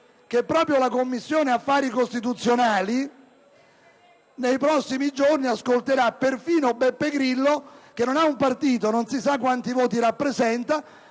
che proprio la Commissione affari costituzionali nei prossimi giorni ascolterà perfino Beppe Grillo che, pur non avendo un partito e pur non sapendo quanti voti rappresenta,